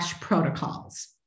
protocols